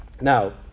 Now